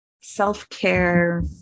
self-care